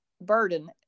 burden